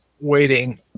waiting